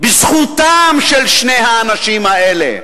בזכותם של שני האנשים האלה.